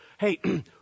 Hey